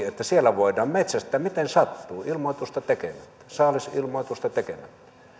että siellä voidaan metsästää miten sattuu ilmoitusta tekemättä saalisilmoitusta tekemättä